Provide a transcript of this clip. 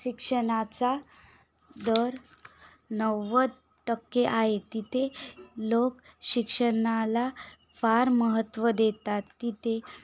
शिक्षणाचा दर नव्वद टक्के आहे तिथे लोक शिक्षणाला फार महत्त्व देतात तिथे